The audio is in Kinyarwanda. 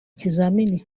kizamini